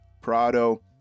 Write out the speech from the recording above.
Prado